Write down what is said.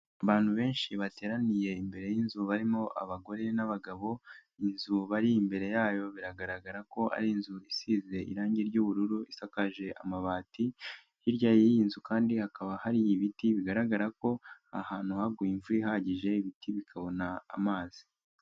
Abantu benshi bateraniye imbere y'inzu barimo abagore n'abagabo, inzu bari imbere yayo biragaragara ko ari inzu isize irangi ry'ubururu isakaje amabati, hirya y'iyi nzu kandi hakaba hari ibiti bigaragara ko aha hantu haguye imvura ihagije ibiti bikabona amazi.